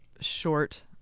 short